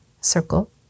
circle